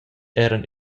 eran